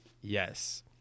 yes